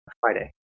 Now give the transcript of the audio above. Friday